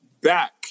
back